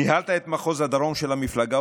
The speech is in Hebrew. ניהלת את מחוז הדרום של המפלגה,